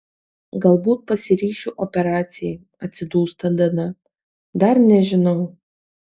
galbūt pasiryšiu operacijai atsidūsta dana dar nežinau